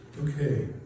Okay